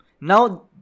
Now